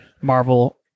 marvel